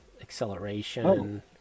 acceleration